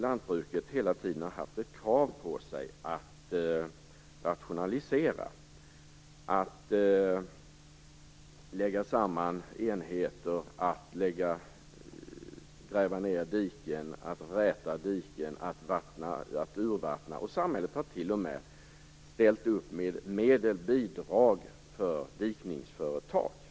Lantbruket har hela denna tid haft ett krav på sig att rationalisera, lägga samman enheter, gräva ned diken, räta diken, urvattna etc. Samhället har t.o.m. ställt upp med bidrag för dikningsföretag.